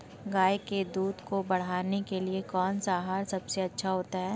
गाय के दूध को बढ़ाने के लिए कौनसा आहार सबसे अच्छा है?